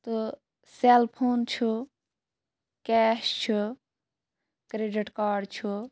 تہٕ cell phone چھُ cash چھُ کرٛیڈِٹ کارڈ چھُ